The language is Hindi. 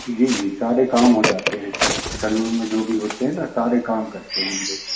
जी जी सारे काम हो जाते हैं सर सैलून में जो भी होते हैं ना सारे काम करते हैं हम लोग